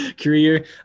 career